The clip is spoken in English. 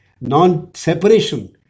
non-separation